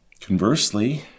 Conversely